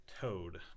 toad